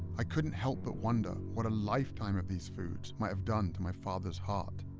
i couldn't help but wonder what a lifetime of these foods might have done to my father's heart.